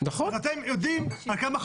אתם יודעים על כמה חתמתם.